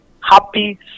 happy